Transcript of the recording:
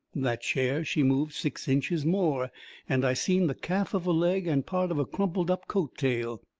that chair, she moved six inches more and i seen the calf of a leg and part of a crumpled-up coat tail.